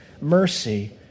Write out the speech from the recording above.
mercy